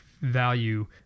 value